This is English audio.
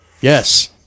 Yes